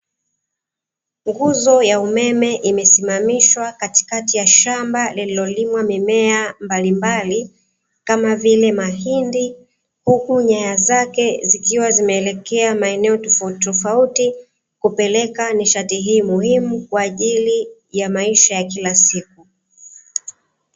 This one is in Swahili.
Nguzo ya umeme imesimamishwa katikati ya shamba lililolimwa mimea mbalimbali kama vile mahindi huku nyaya zake zikiwa zimeelekea maeneo tofautitofauti kupeleka nishati hii muhimu kwa ajili ya maisha ya kila siku.